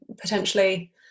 potentially